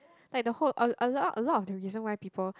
like the whole a a lot a lot of the reason why people